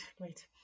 great